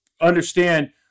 understand –